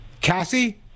Cassie